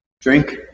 drink